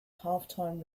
halftime